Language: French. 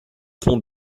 pont